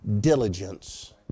diligence